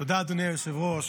תודה, אדוני היושב-ראש.